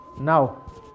now